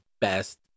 best